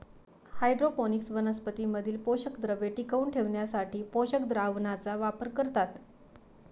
hydroponics वनस्पतीं मधील पोषकद्रव्ये टिकवून ठेवण्यासाठी पोषक द्रावणाचा वापर करतात